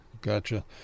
Gotcha